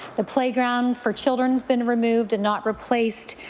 the playground for children has been removed and not replaced.